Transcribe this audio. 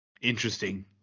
interesting